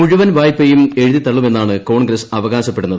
മുഴുവൻ വായ്പയും എഴുതിത്തള്ളുമെന്നാണ് കോൺഗ്രസ് അവകാശപ്പെടുന്നത്